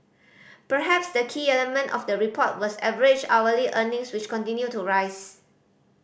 perhaps the key element of the report was average hourly earnings which continued to rise